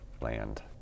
land